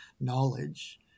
knowledge